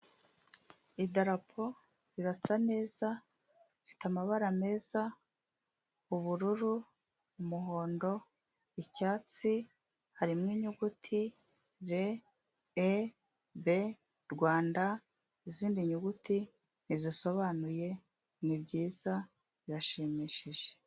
Idarapo rirasa neza rifite amabara meza ubururu, umuhondo, icyatsi harimo inyuguti r e b Rwanda, izindi nyuguti ntizisobanuye ni byiza birashimishije.